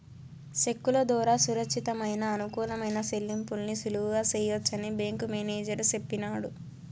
సెక్కుల దోరా సురచ్చితమయిన, అనుకూలమైన సెల్లింపుల్ని సులువుగా సెయ్యొచ్చని బ్యేంకు మేనేజరు సెప్పినాడు